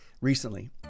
recently